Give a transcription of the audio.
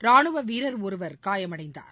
ராணுவவீரர் ஒருவர் காயமடைந்தார்